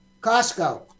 Costco